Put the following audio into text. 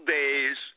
days –